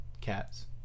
cats